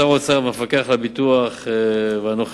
שר האוצר והמפקח על הביטוח ואנוכי